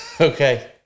Okay